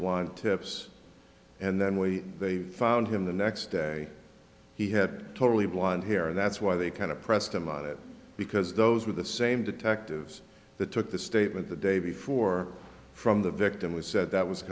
blood tips and then we found him the next day he had totally blind here and that's why they kind of pressed him on it because those were the same detectives that took the statement the day before from the victim we said that was